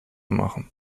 machen